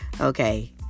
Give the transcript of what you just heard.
Okay